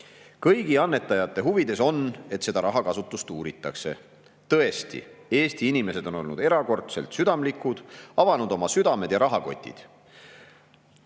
"Kõigi annetajate huvides on, et seda rahakasutust uuritakse. Tõesti, Eesti inimesed on olnud erakordselt südamlikud, avanud oma südamed ja rahakotid